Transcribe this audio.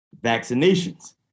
vaccinations